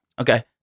okay